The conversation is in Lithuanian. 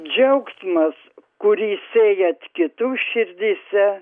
džiaugsmas kurį sėjat kitų širdyse